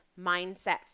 mindset